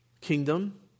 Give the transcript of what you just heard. kingdom